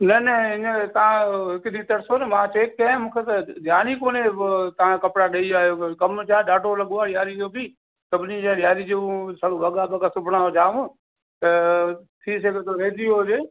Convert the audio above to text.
न न हींअर तव्हां हिकु ॾींहुं तरिसो मां चैक कयां मूंखे त ध्यान ई कोन्हे पोइ तव्हां कपिड़ा ॾई विया आहियो कमु छा ॾाढो लॻो आहे ॾियारी जो बि सभिनी जा ॾियारी जूं सभु वॻा वॻा सिबणा जाम त थी सघे थो रहिजी वियो हुजे